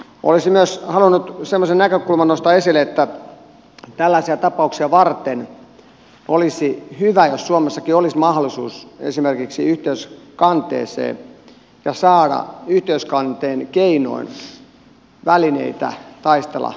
olisin myös halunnut semmoisen näkökulman nostaa esille että tällaisia tapauksia varten olisi hyvä jos suomessakin olisi mahdollisuus esimerkiksi yhteiskanteeseen ja saada yhteiskanteen keinoin välineitä taistella suurempia vastaan